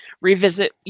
revisit